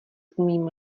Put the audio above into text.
umím